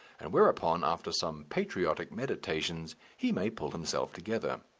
and thereupon, after some patriotic meditations, he may pull himself together.